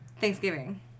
Thanksgiving